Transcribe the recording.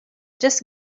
just